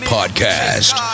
Podcast